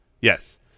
Yes